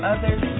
Others